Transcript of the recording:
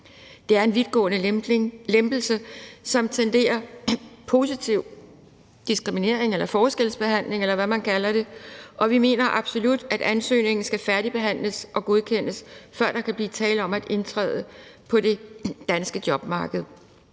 Det er en vidtgående lempelse, som tenderer positiv diskriminering eller forskelsbehandling, eller hvad man kalder det, og vi mener absolut, at ansøgningen skal færdigbehandles og godkendes, før der kan blive tale om at indtræde på det danske jobmarked.